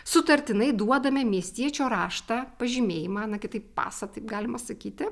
sutartinai duodame miestiečio raštą pažymėjimą na kitaip pasą taip galima sakyti